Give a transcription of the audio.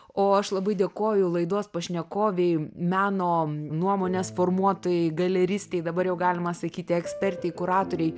o aš labai dėkoju laidos pašnekovei meno nuomonės formuotojai galeristei dabar jau galima sakyti ekspertei kuratorei